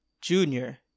junior